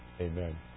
Amen